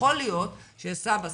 יכול להיות שיש סבא,